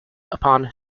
upon